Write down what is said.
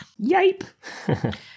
Yipe